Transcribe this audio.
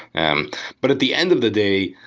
and but at the end of the day,